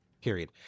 period